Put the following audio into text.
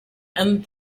and